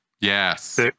Yes